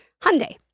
Hyundai